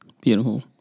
Beautiful